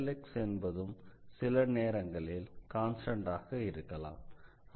Xஎன்பதும் சில நேரங்களில் கான்ஸ்டண்ட் ஆக இருக்கலாம்